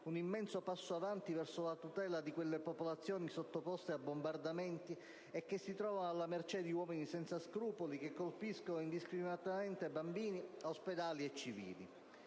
un immenso passo avanti verso la tutela di quelle popolazioni sottoposte a bombardamenti, che si trovano alla mercé di uomini senza scrupoli che colpiscono indiscriminatamente bambini, ospedali e civili.